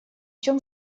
чем